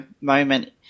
moment